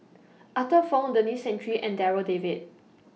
Arthur Fong Denis Santry and Darryl David